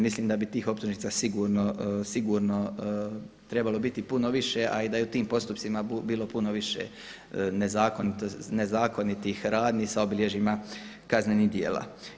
Mislim da bi tih optužnica sigurno trebalo biti puno više, a i da je u tim postupcima bilo puno više nezakonitih radnji sa obilježjima kaznenih djela.